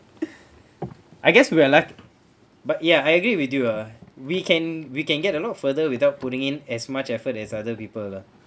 I guess we are luck~ but ya I agree with you ah we can we can get a lot of further without putting in as much effort as other people lah